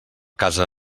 casa